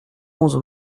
onze